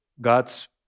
God's